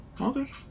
Okay